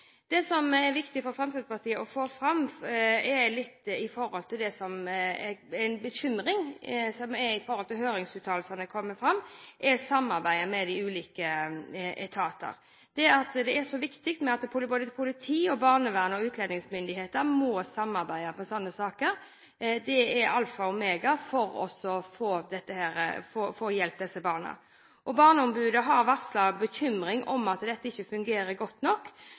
Det som er viktig for Fremskrittspartiet å få fram, er at det i høringsuttalelsene har kommet fram en bekymring når det gjelder samarbeidet mellom de ulike etatene. At både politi, barnevern og utlendingsmyndighetene samarbeider i slike saker, er viktig. Det er alfa og omega for å hjelpe disse barna. Barneombudet har uttrykt bekymring for at dette ikke fungerer godt nok.